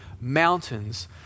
mountains